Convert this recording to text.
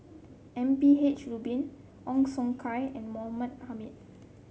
M P H Rubin Ong Siong Kai and Mahmud Ahmad